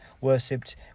worshipped